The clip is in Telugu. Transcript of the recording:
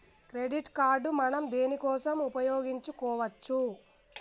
క్రెడిట్ కార్డ్ మనం దేనికోసం ఉపయోగించుకోవచ్చు?